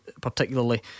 Particularly